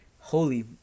holy